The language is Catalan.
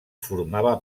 formava